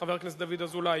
חבר הכנסת דוד אזולאי,